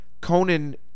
Conan